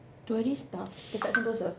tourist stuff dekat Sentosa